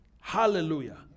Hallelujah